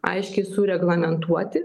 aiškiai sureglamentuoti